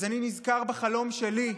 אני נזכר בחלום שלי להפוך להיות אבא,